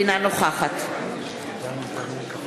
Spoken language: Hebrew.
אינה נוכחת גברתי,